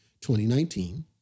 2019